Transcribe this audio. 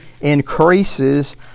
increases